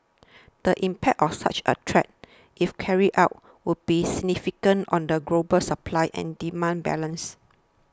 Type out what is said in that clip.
the impact of such a threat if carried out would be significant on the global supply and demand balance